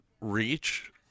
reach